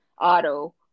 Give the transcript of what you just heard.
auto